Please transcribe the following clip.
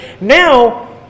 now